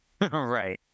Right